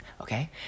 okay